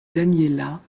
daniela